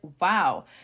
wow